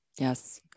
Yes